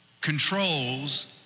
controls